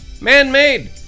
Man-made